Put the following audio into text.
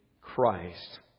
Christ